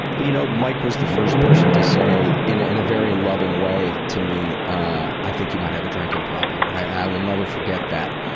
but you know mike was the first person to say, in ah in a very loving way to me, i think you might have a drinking problem, and i will never forget that.